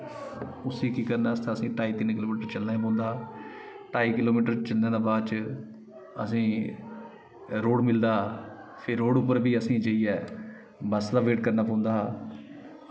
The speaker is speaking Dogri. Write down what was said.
उसी केह् करने आस्तै असें ढाई तिन्न किलोमीटर चलना पौंदा हा ढाई किलोमिटर चलने दे बाद च असें ई रोड मिलदा फिर रोड उप्पर बी असें जाइयै बस्स दा वेट करना पौंदा हा